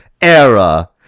era